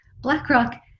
BlackRock